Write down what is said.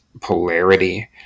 polarity